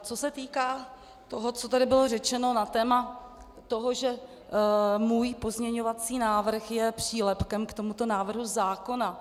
Co se týká toho, co tady bylo řečeno na téma, že můj pozměňovací návrh je přílepkem k tomuto návrhu zákona.